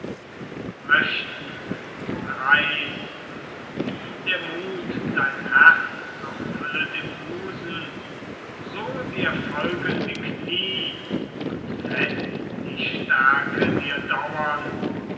o greis wie der mut dein herz noch füllet im busen so dir folgen die knie und fest die stärke dir dauern